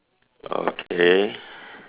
okay